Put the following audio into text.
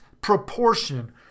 proportion